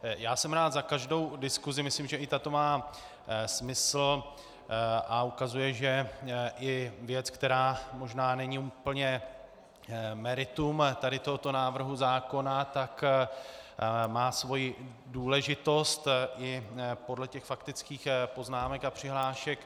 Já jsem rád za každou diskusi, myslím, že i tato má smysl a ukazuje, že i věc, která možná není úplně meritum tohoto návrhu zákona, má svoji důležitost, i podle těch faktických poznámek a přihlášek.